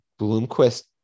Bloomquist